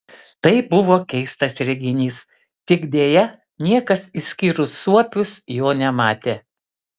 tai buvo keistas reginys tik deja niekas išskyrus suopius jo nematė